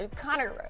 Connor